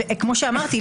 וכמו שאמרתי,